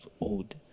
old